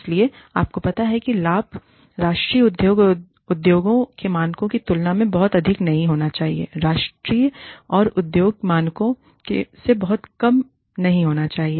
इसलिए आपको पता है कि लाभ राष्ट्रीय उद्योग और उद्योग के मानकों की तुलना में बहुत अधिक नहीं होना चाहिए राष्ट्रीय और उद्योग मानकों से बहुत कम नहीं होना चाहिए